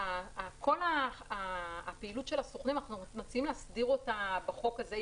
את כל הפעילות של הסוכנים אנחנו מציעים להסדיר בחוק הזה.